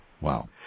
Wow